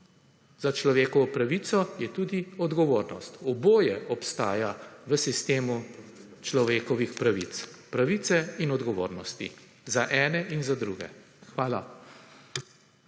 za človekovo pravico je tudi odgovornost, oboje obstaja v sistemu človekovih pravic, pravice in odgovornosti za ene in za druge. Hvala.